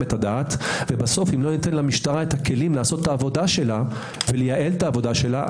את הדעת ובסוף אם לא ניתן למשטרה את הכלים לעשות ולייעל את העבודה שלה,